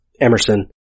Emerson